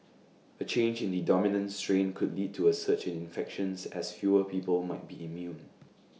A change in the dominant strain could lead to A surge in infections as fewer people might be immune